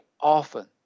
often